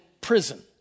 prison